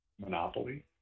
monopoly